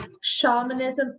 shamanism